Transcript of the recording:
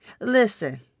Listen